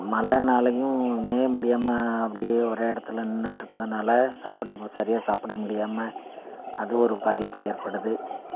மழைனாலயும் மேய முடியாமல் அப்படியே ஒரே இடத்துல நின்றுட்ருக்கறதுனால சாப்பிட சரியாக சாப்பிட முடியாமல் அது ஒரு பாதிப்பு ஏற்படுது